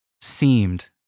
Seemed